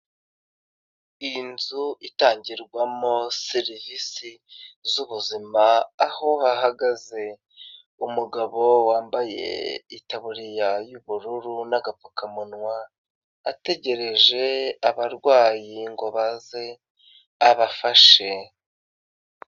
Iyi nzu itangirwamo serivisi z'ubuzima aho hagaze umugabo wambaye itaburiya y'ubururu n'agapfukamunwa, ategereje abarwayi ngo baze abafashe.